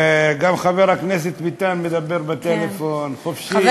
גם חבר הכנסת ביטן מדבר בטלפון, חופשי.